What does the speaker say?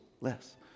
less